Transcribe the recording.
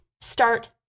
start